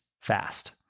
fast